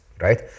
right